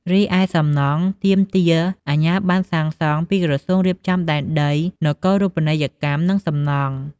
រីឯសំណង់ ទាមទារអាជ្ញាប័ណ្ណសាងសង់ពីក្រសួងរៀបចំដែនដី នគរូបនីយកម្ម និងសំណង់។